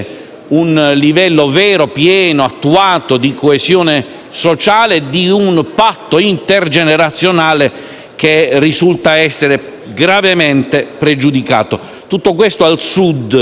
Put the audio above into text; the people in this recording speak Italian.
un livello vero, pieno e attuato di coesione sociale al patto intergenerazionale che risulta essere gravemente pregiudicato. Tutto ciò al Sud